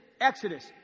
Exodus